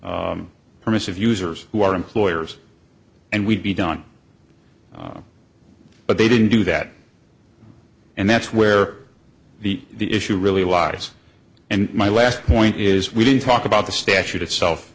users who are employers and we'd be done but they didn't do that and that's where the the issue really lies and my last point is we didn't talk about the statute itself